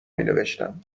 مینوشتم